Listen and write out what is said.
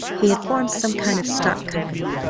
he had formed some kind of stock company,